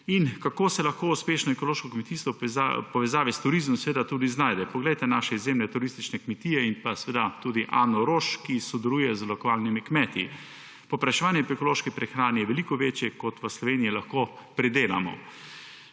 in kako se lahko uspešno ekološko kmetijstvo v povezavi s turizmom seveda tudi znajte. Poglejte naše izjemne turistične kmetije in seveda tudi Ano Roš, ki sodeluje z lokalnimi kmeti. Povpraševanje po ekološki prehrani je veliko večje, kot jo v Sloveniji lahko pridelamo.